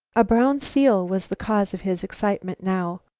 a brown seal was the cause of his excitement now.